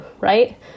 right